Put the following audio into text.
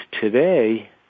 today